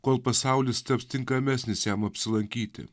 kol pasaulis taps tinkamesnis jam apsilankyti